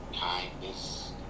kindness